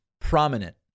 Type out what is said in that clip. prominent